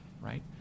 right